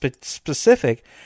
specific